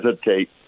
hesitate